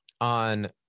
on